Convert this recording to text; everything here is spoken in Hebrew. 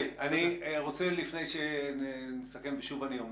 לפני שנסכם, ושוב אני אומר.